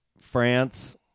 France